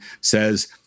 says